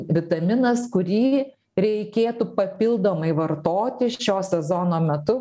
vitaminas kurį reikėtų papildomai vartoti šio sezono metu